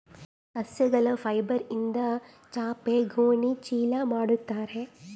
ಸಸ್ಯಗಳ ಫೈಬರ್ಯಿಂದ ಚಾಪೆ ಗೋಣಿ ಚೀಲ ಮಾಡುತ್ತಾರೆ